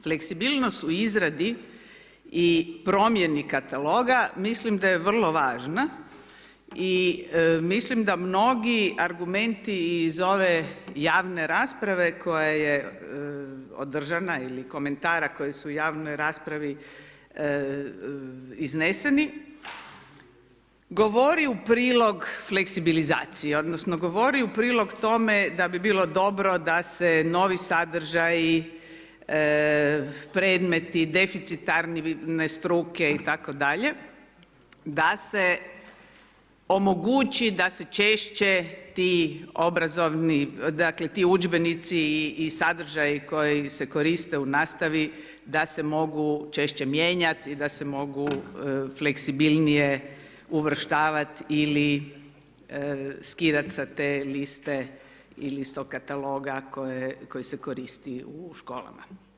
Fleksibilnost u izradi i promjeni kataloga mislim da je vrlo važna i mislim da mnogi argumenti iz ove javne rasprave koja je održana ili komentara koji su u javnoj raspravi izneseni govori u prilog fleksibilizaciji, odnosno govori u prilog tome da bi bilo dobro da se novi sadržaji, predmeti, deficitarne struke itd. da se omogući da se češće ti obrazovni, dakle ti udžbenici i sadržaji koji se koriste u nastavi da se mogu češće mijenjat i da se mogu fleksibilnije uvrštavat ili skidat sa te liste ili s tog kataloga koji se koristi u školama.